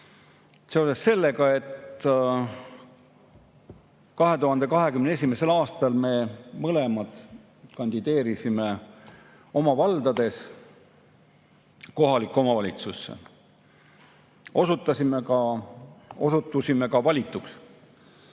seoses sellega, et 2021. aastal me mõlemad kandideerisime oma vallas kohalikku omavalitsusse. Osutusime ka valituks.